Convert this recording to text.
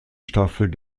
staffel